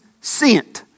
sent